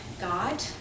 God